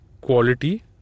quality